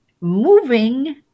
moving